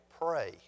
pray